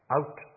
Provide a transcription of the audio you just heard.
Out